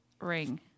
ring